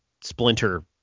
splinter